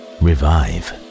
revive